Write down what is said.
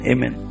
Amen